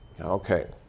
Okay